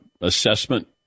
assessment